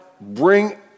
bring